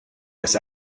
this